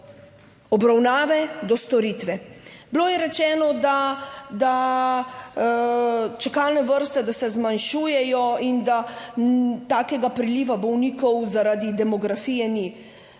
obravnave, do storitve. Bilo je rečeno, da čakalne vrste, da se zmanjšujejo in da takega priliva bolnikov zaradi demografije ni.